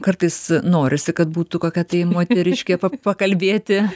kartais norisi kad būtų kokia tai moteriškė pa pakalbėti